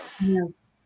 yes